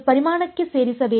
ಅದು ಪರಿಮಾಣಕ್ಕೆ ಸೇರಿರಬೇಕು